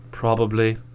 Probably